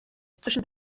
zwischen